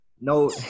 no